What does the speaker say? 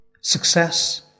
success